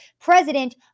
president